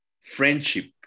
friendship